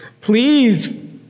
please